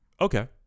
Okay